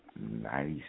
nice